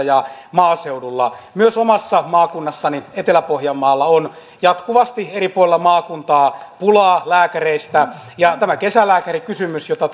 ja maaseudulla myös omassa maakunnassani etelä pohjanmaalla on jatkuvasti eri puolilla maakuntaa pulaa lääkäreistä tässä kesälääkärikysymyksessä jota